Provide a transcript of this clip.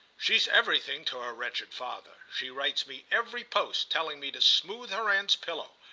she's everything to her wretched father. she writes me every post telling me to smooth her aunt's pillow.